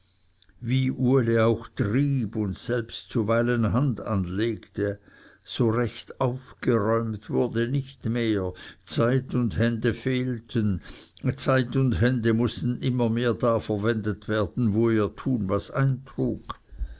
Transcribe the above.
wie uli auch trieb und selbst zuweilen hand anlegte so recht aufgeräumt wurde nicht mehr zeit und hände fehlten zeit und hände mußten immer mehr da verwendet werden wo ihr tun was eintrug